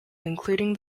including